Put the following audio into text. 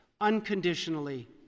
unconditionally